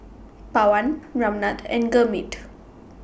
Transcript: Pawan Ramnath and Gurmeet